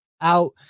out